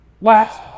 Last